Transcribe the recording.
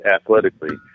athletically